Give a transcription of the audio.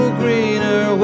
greener